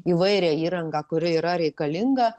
įvairią įrangą kuri yra reikalinga